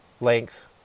length